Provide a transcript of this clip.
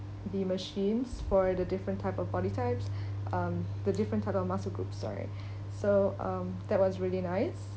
the machines for the different type of body types um the different type of muscle groups sorry so um that was really nice